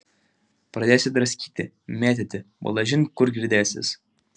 pradėsi draskyti mėtyti balažin kur girdėsis